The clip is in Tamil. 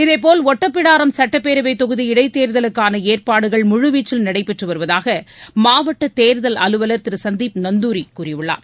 இதேபோல் ஒட்டப்பிடாரம் சட்டப்பேரவைத் தொகுதி இடைத் தேர்தலுக்கான ஏற்பாடுகள் முழுவீச்சில் நடைபெற்று வருவதாக மாவட்ட தேர்தல் அலுவலர் திரு சந்தீப் நந்துாரி கூறியுள்ளார்